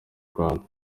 rwanda